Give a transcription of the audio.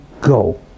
go